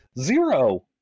Zero